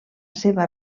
seva